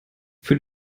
für